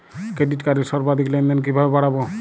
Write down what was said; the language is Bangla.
ক্রেডিট কার্ডের সর্বাধিক লেনদেন কিভাবে বাড়াবো?